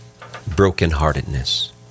brokenheartedness